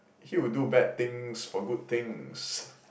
he will do bad things for good things